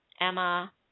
Emma